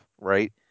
right